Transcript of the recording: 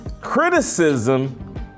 criticism